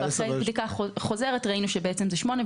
ואחרי בדיקה חוזרת ראינו שבעצם זה שמונה,